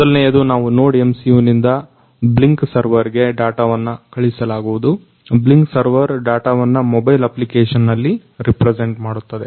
ಮೊದಲನೆಯದು ನಾವು NodeMCU ನಿಂದ Blynk ಸರ್ವರ್ಗೆ ಡಾಟವನ್ನ ಕಳಿಸಲಾಗುವುದು Blynk ಸರ್ವೇರ್ ಡಾಟವನ್ನ ಮೊಬೈಲ್ ಅಪ್ಲಿಕೇಷನ್ ನಲ್ಲಿ ರಿಪ್ರೆಜೆಂಟ್ ಮಾಡುತ್ತದೆ